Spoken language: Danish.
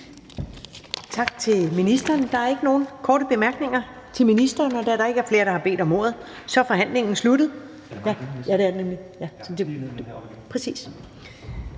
Tak til ministeren. Der er ikke nogen korte bemærkninger til ministeren. Da der ikke er flere, der har bedt om ordet, er forhandlingen sluttet. Jeg foreslår,